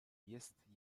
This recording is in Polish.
jest